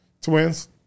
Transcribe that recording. Twins